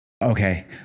Okay